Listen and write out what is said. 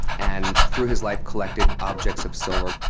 and through his life collected objects of silver.